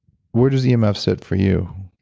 where does yeah um emf sit for you?